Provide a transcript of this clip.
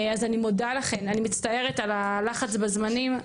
אז אני מודה לכם, אני מצטערת על הלחץ בזמנים.